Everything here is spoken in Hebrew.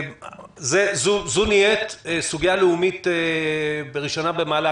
זו נהיית סוגיה לאומית ראשונה במעלה,